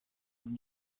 muri